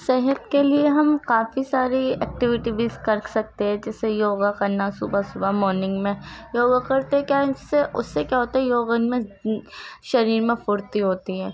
صحت کے لیے ہم کافی ساری ایکٹیوٹی بھی کر سکتے ہیں جیسے یوگا کرنا صبح صبح مارننگ میں یوگا کرتے ہیں کیا ان سے اس سے کیا ہوتا ہے یوگا میں شریر میں پھرتی ہوتی ہے